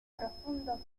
profundos